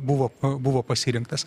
buvo buvo pasirinktas